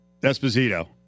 Esposito